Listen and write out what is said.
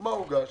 מה הוגש,